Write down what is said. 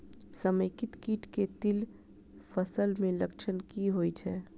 समेकित कीट केँ तिल फसल मे लक्षण की होइ छै?